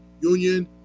union